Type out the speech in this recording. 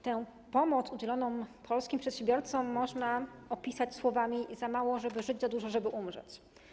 Tę pomoc udzieloną polskim przedsiębiorcom można opisać słowami: za mało, żeby żyć, za dużo, żeby umrzeć.